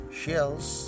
shells